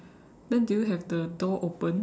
then do you have the door open